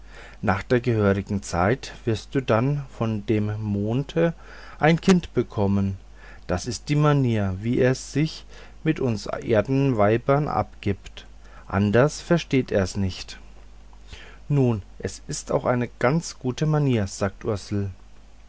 nach der gehörigen zeit wirst du dann von dem monde ein kind bekommen das ist die manier wie er sich mit uns erdenweibern abgibt anders versteht er's nicht nun es ist auch eine ganz gute manier